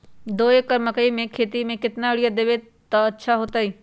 दो एकड़ मकई के खेती म केतना यूरिया देब त अच्छा होतई?